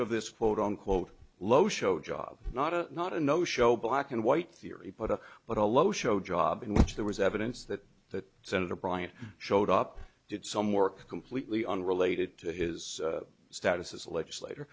of this quote unquote low show job not a not a no show black and white theory but a but a low show job in which there was evidence that that senator bryant showed up did some work completely unrelated to his status as a legislator